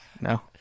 no